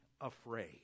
afraid